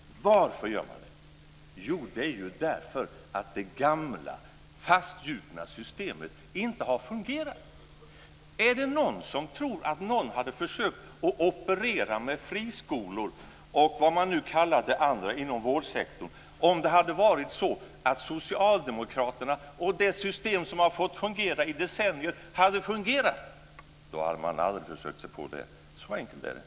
Jo, därför att det gamla, fastgjutna systemet inte har fungerat. Är det någon som tror att någon hade försökt operera med friskolor och det andra inom vårdsektorn, vad man nu kallar det, om socialdemokraterna och det system som har fått fungera i decennier hade fungerat? Då hade man aldrig försökt sig på det. Så enkelt är det.